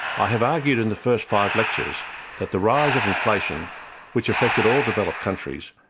i have argued in the first five lectures that the rise of inflation which affected all developed countries,